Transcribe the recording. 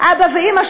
אבא ואימא,